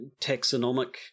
taxonomic